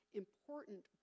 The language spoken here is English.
important